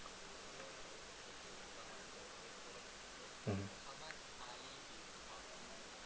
mmhmm